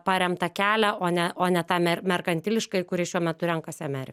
paremtą kelią o ne o ne tą mer merkantilišką i kurį šiuo metu renkasi ameri